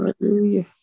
Hallelujah